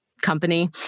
company